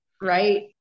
Right